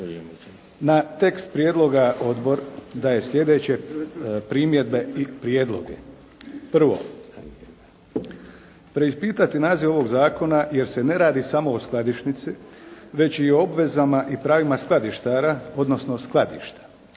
Na tekst prijedloga odbor daje sljedeće primjedbe i prijedloge. Prvo, preispitati naziv ovog zakona jer se ne radi samo o skladišnici, već i o obvezama i pravima skladištara, odnosno skladišta.